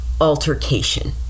altercation